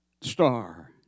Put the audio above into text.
star